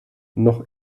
noch